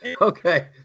Okay